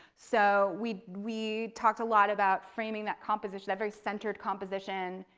so we we talked a lot about framing that composition, that very centered composition.